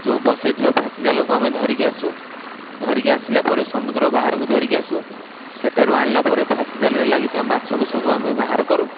ଯେଉଁ ବସାଇଥିବା ଫାସି ଜାଲକୁ ଆମେ ଧରିକି ଆସୁ ଧରିକି ଆସିଲା ପରେ ସମୁଦ୍ର ବାହାରକୁ ଧରିକି ଆସୁ ସେଠାରୁ ଆଣିଲା ପରେ ଫାସି ଜାଲରେ ଲାଗିଥିବା ମାଛକୁ ସବୁ ଆମେ ବାହାର କରୁ